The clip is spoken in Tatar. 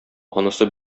анысы